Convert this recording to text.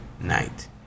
night